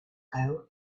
ago